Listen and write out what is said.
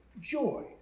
joy